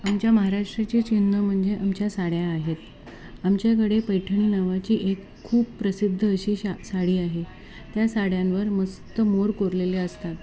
आमच्या महाराष्ट्राचे चिन्ह म्हणजे आमच्या साड्या आहेत आमच्याकडे पैठणी नावाची एक खूप प्रसिद्ध अशी शा साडी आहे त्या साड्यांवर मस्त मोर कोरलेले असतात